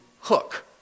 Hook